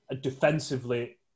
Defensively